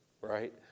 right